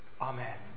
Amen